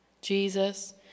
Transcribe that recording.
Jesus